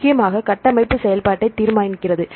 முக்கியமாக கட்டமைப்பு செயல்பாட்டை தீர்மானிக்கிறது